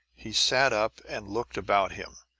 he sat up and looked about him,